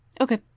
okay